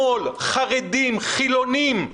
שמאל, חרדים, חילונים,